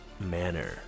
manner